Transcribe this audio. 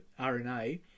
RNA